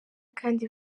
kandi